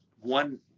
one